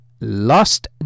Lost